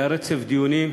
היה רצף דיונים,